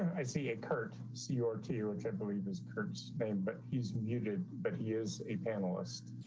i see a curt see your tea, which i believe is curbs name, but he's muted. but he is a panelist.